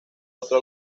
otro